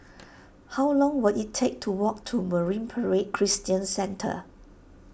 how long will it take to walk to Marine Parade Christian Centre